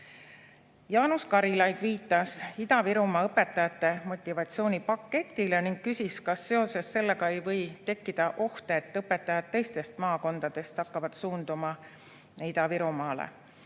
Jaanus Karilaid viitas Ida-Virumaa õpetajate motivatsioonipaketile ning küsis, kas seoses sellega ei või tekkida oht, et õpetajad teistest maakondadest hakkavad suunduma Ida-Virumaale.